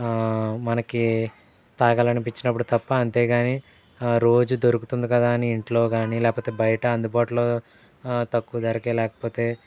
మనకి తాగాలి అనిపించినపుడు తప్ప అంతే కానీ రోజూ దొరుకుతుంది కదా అని ఇంట్లో కానీ లేకపోతే బయట అందుబాటులో తక్కువ ధరకే లేకపోతే